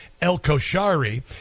El-Koshari